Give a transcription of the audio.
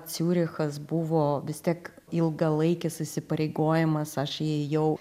ciūrichas buvo vis tiek ilgalaikis įsipareigojimas aš įėjau